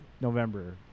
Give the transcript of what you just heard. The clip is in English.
November